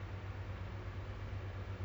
can do things chop chop fast fast just